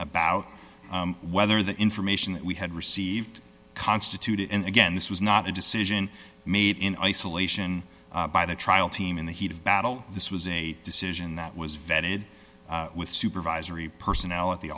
about whether the information that we had received constituted and again this was not a decision made in isolation by the trial team in the heat of battle this was a decision that was vetted with supervisory person